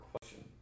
question